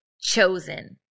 chosen